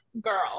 girl